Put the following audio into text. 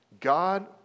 God